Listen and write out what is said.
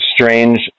Strange